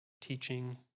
teaching